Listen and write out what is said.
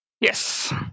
Yes